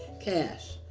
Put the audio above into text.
cash